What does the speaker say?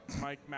Mike